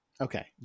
okay